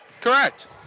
Correct